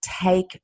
take